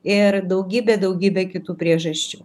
ir daugybė daugybė kitų priežasčių